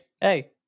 hey